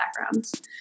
backgrounds